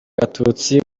gatutsi